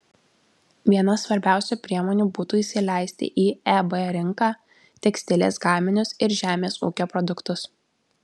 viena svarbiausių priemonių būtų įsileisti į eb rinką tekstilės gaminius ir žemės ūkio produktus